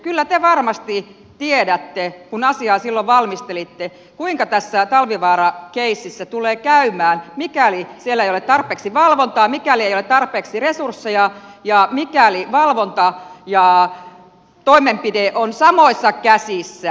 kyllä te varmasti tiedätte kun asiaa silloin valmistelitte kuinka tässä talvivaara keississä tulee käymään mikäli siellä ei ole tarpeeksi valvontaa mikäli ei ole tarpeeksi resursseja ja mikäli valvonta ja toimenpide ovat samoissa käsissä